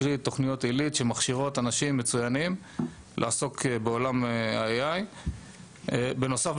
קרי תוכניות עילית שמכשירות אנשים מצוינים לעסוק בעולם ה- AI. בנוסף,